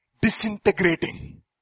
disintegrating